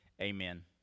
amen